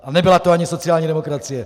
A nebyla to ani sociální demokracie.